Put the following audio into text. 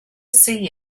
see